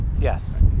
Yes